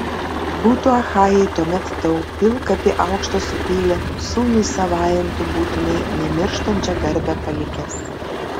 būtų achajai tuomet tau pilkapį aukštą supylę sūnui savajam tu būtumei nemirštančią garbę palikęs